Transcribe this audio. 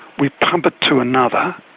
we pump it to another,